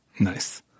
Nice